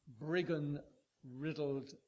brigand-riddled